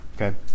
Okay